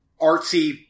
artsy